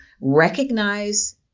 recognize